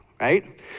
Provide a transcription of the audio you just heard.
right